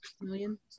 million